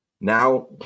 now